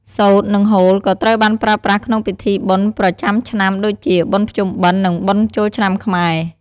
សូត្រ និងហូលក៏ត្រូវបានប្រើប្រាស់ក្នុងពិធីបុណ្យប្រចាំឆ្នាំដូចជា បុណ្យភ្ជុំបិណ្ឌ និង បុណ្យចូលឆ្នាំខ្មែរ។